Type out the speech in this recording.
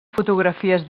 fotografies